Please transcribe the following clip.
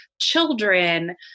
children